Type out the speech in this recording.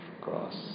cross